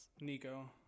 Nico